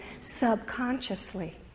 subconsciously